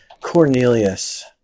Cornelius